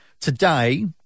today